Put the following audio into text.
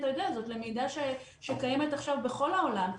אתה יודע, זאת למידה שקיימת עכשיו בכל העולם.